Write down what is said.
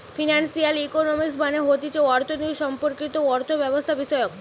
financial economics মানে হতিছে অর্থনীতি সম্পর্কিত অর্থব্যবস্থাবিষয়ক